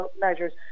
measures